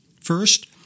First